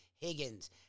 Higgins